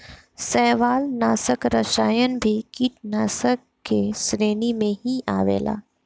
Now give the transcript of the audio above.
शैवालनाशक रसायन भी कीटनाशाक के श्रेणी में ही आवेला